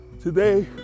today